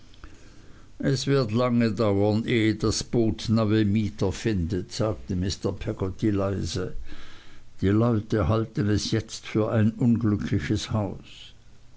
es wird lange dauern ehe das boot neue mieter findet sagte mr peggotty leise die leute halten es jetzt für ein unglückliches haus